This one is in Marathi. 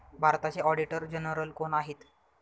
भारताचे ऑडिटर जनरल कोण आहेत?